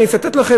אני אצטט לכם,